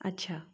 अच्छा